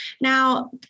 Now